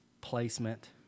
placement